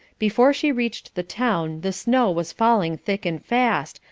before she reached the town the snow was falling thick and fast,